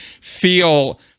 feel